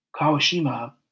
Kawashima